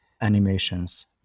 animations